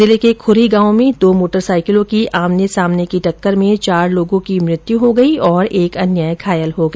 जिले के खुरी गांव में दो मोटरसाईकिलों की आमने सामने की टक्कर में चार लोगों की मृत्यु हो गई और एक ेअन्य घायल हो गया